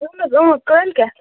اَہَن حظ اۭں کٲلِکیٚتھ